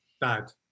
bad